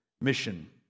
mission